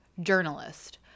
journalist